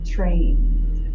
trained